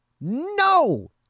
No